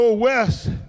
West